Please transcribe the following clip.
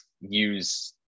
use